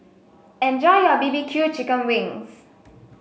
enjoy your B B Q Chicken Wings